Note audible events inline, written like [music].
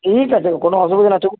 ঠিক আছে কোনো অসুবিধা নেই [unintelligible]